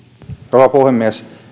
rouva puhemies